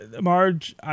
Marge